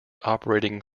operating